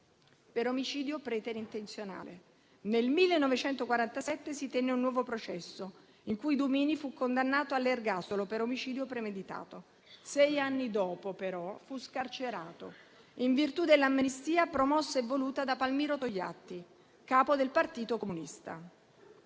per omicidio preterintenzionale. Nel 1947 si tenne un nuovo processo, in cui Dumini fu condannato all'ergastolo per omicidio premeditato. Sei anni dopo, però, fu scarcerato in virtù dell'amnistia promossa e voluta da Palmiro Togliatti, capo del Partito comunista.